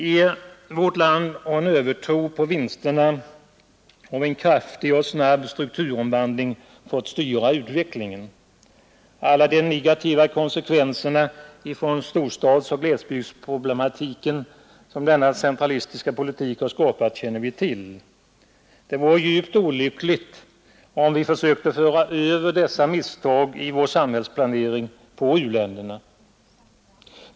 I vårt land har en övertro på vinsterna av en kraftig och snabb strukturomvandling fått styra utvecklingen. Alla de negativa konsekvenser i form av storstadsoch glesbygdsproblematik som denna centralistiska politik har skapat känner vi till. Det vore djupt olyckligt om vi försökte föra över dessa misstag i vår samhällsplanering på u-länderna.